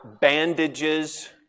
bandages